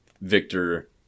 Victor